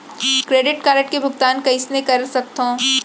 Credit card के भुगतान कईसने कर सकथो?